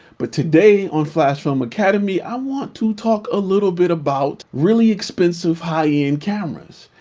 but today on flashfilm academy, i want to talk a little bit about really expensive high end cameras.